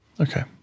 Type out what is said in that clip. Okay